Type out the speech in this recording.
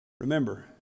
Remember